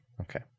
Okay